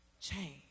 change